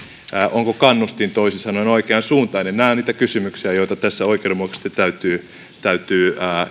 onko kannustin toisin sanoen oikean suuntainen nämä ovat niitä kysymyksiä joita tässä oikeudenmukaisesti täytyy täytyy